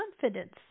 confidence